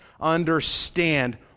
understand